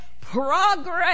progress